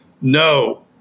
No